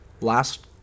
last